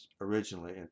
originally